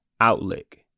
outlook